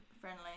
friendly